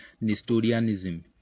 Nestorianism